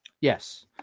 Yes